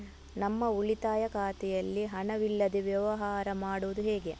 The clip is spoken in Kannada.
ನಮ್ಮ ಉಳಿತಾಯ ಖಾತೆಯಲ್ಲಿ ಹಣವಿಲ್ಲದೇ ವ್ಯವಹಾರ ಮಾಡುವುದು ಹೇಗೆ?